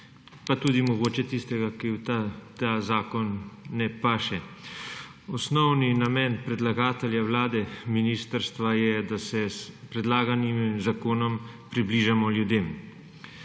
pa tudi mogoče tistega, ki v ta zakon ne paše. Osnovni namen predlagatelja, Vlade, ministrstva je, da se s predlaganim zakonom približamo ljudem.